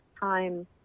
time